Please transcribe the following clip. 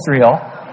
Israel